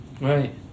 Right